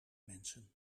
mensen